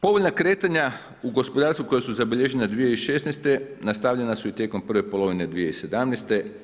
Povoljna kretanja u gospodarstvu koja su zabilježena 2016. nastavljena su i tijekom prve polovine 2017.